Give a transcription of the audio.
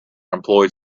employed